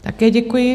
Také děkuji.